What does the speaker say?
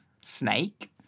Snake